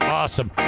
awesome